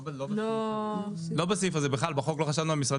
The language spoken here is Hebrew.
האם לא חשבנו על משרדים?